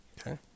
okay